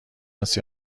است